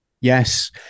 Yes